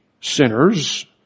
sinners